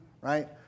right